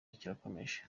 kirakomeje